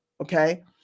okay